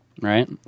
Right